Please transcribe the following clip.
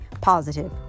positive